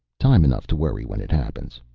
time enough to worry when it happens,